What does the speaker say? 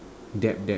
dab dab